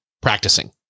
practicing